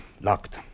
locked